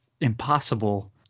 impossible